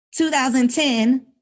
2010